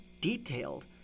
detailed